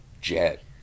jet